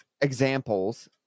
examples